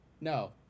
No